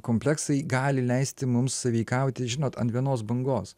kompleksai gali leisti mums sąveikauti žinot ant vienos bangos